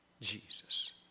Jesus